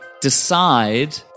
decide